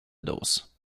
dose